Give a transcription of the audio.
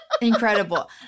Incredible